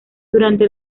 durante